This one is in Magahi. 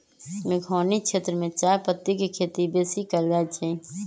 मेघौनी क्षेत्र में चायपत्ति के खेती बेशी कएल जाए छै